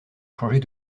changer